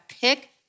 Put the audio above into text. Pick